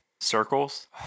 circles